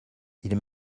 ils